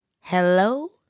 Hello